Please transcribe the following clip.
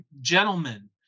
gentlemen